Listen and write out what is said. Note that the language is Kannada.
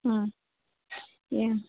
ಹಾಂ ಏನು